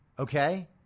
Okay